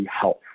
health